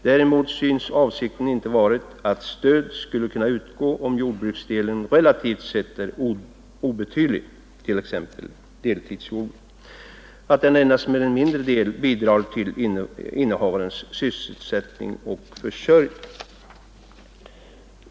Däremot synes avsikten inte ha varit att stöd skall kunna utgå om jordbruksdelen relativt sett är så obetydlig — t.ex. deltidsjordbruk — att den endast med en mindre del bidrar till innehavarens sysselsättning och försörjning.